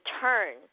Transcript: turn